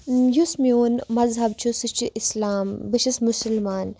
یُس میون مذہَب چھُ سُہ چھِ اِسلام بہٕ چھَس مُسلمان